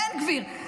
בן גביר,